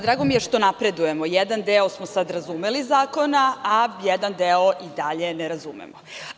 Drago mi je što napredujemo, jedan deo zakona smo sad razumeli, a jedan deo i dalje ne razumemo.